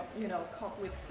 you know caught with